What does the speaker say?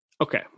Okay